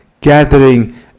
gathering